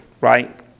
right